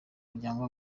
muryango